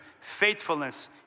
faithfulness